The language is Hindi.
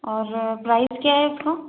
और प्राइज़ क्या है उसका